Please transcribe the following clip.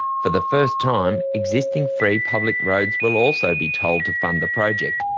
for the first time, existing free public roads will also be tolled to fund the project,